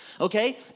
Okay